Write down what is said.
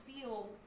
feel